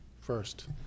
first